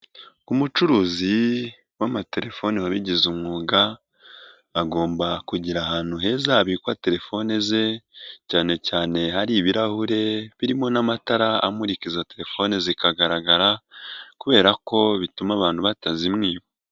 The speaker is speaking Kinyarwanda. Umucuruzi w'amatelefoni wabigize umwuga agomba kugira ahantu heza habikwa telefone ze cyane cyane hari ibirahure birimo n'amatara amurika izo telefoni zikagaragara kubera ko bituma abantu batazimwiba.